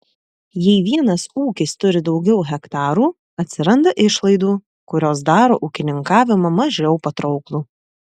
jei vienas ūkis turi daugiau hektarų atsiranda išlaidų kurios daro ūkininkavimą mažiau patrauklų